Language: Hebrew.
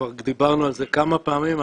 כבר דיברנו על זה כמה פעמים,